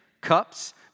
cups